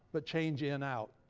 but change in out.